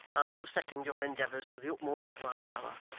i shall second your endeavours to the utmost of my power.